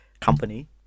company